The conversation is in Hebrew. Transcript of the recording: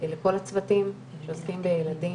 לכל הצוותים שעוסקים בילדים,